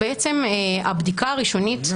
בעצם הבדיקה הראשונית,